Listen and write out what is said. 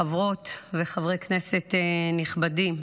חברות וחברי כנסת נכבדים,